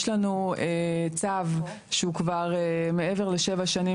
יש לנו צו שהוא כבר מעבר לשבע שנים,